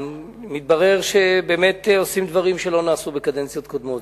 מתברר שבאמת עושים דברים שלא נעשו בקדנציות קודמות.